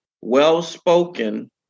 well-spoken